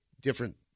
different